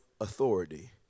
authority